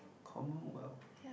Commonwealth